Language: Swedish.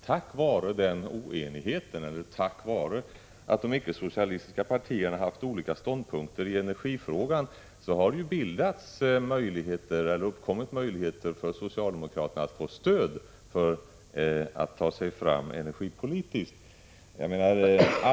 Tack vare den oenigheten, tack vare att de ickesocialistiska partierna haft olika ståndpunkter i energifrågan, har det uppkommit möjligheter för socialdemokraterna att få stöd för att ta sig fram energipolitiskt.